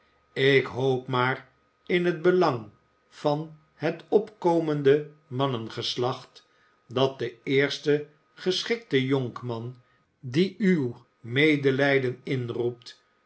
ik hoop maar in het belang van het opkomende mannengeslacht dat de eerste geschikte jonkman die uw medelijden inroept